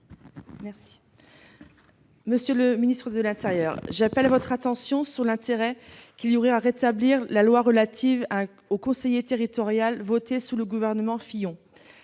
Monsieur le ministre, j'appelle votre attention sur l'intérêt qu'il y aurait à rétablir la loi relative à l'élection des conseillers territoriaux votée sous le gouvernement Fillon.